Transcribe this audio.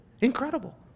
Incredible